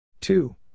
Two